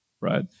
right